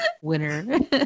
Winner